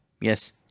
Yes